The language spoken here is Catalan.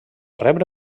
rebre